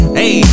hey